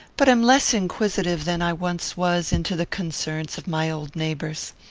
but am less inquisitive than i once was into the concerns of my old neighbours.